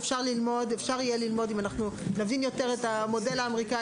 אפשר יהיה ללמוד אם נבין יותר את המודל האמריקני